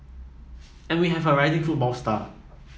and we have a rising football star